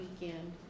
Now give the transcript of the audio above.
weekend